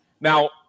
Now